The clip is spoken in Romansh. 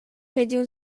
regiun